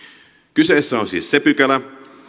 kyseessä on siis se pykälä